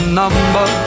number